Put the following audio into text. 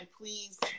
please